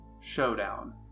Showdown